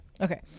Okay